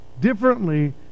differently